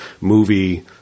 movie